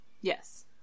Yes